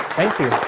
thank you,